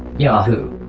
yahoo!